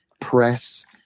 press